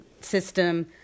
system